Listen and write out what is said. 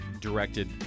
directed